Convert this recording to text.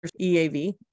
EAV